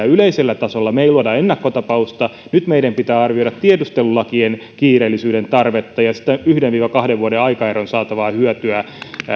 yleisellä tasolla me emme luo ennakkotapausta nyt meidän pitää arvioida tiedustelulakien kiireellisyyden tarvetta ja siitä yhden viiva kahden vuoden aikaerosta saatavaa hyötyä